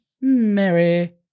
Mary